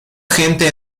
agente